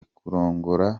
kurongora